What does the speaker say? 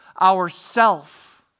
ourself